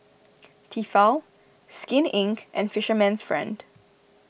Tefal Skin Inc and Fisherman's Friend